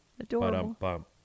Adorable